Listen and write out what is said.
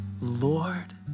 Lord